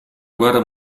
guerra